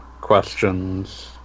questions